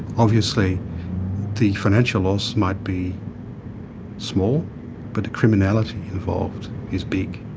obviously the financial loss might be small but the criminality involved is big.